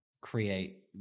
create